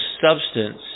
substance